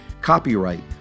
Copyright